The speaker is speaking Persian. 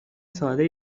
ساده